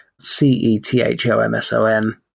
C-E-T-H-O-M-S-O-N